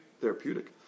therapeutic